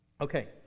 Okay